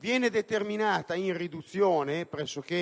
viene determinata in riduzione, pressoché